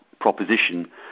proposition